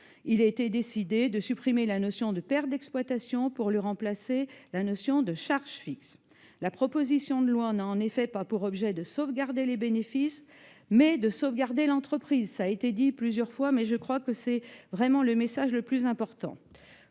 il a été décidé de supprimer la notion de pertes d'exploitation pour la remplacer par celle de charges fixes. En effet, la proposition de loi a pour objet non de sauvegarder les bénéfices, mais de sauver l'entreprise- cela a été dit plusieurs fois, mais je crois que c'est le message le plus important.